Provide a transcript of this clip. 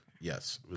yes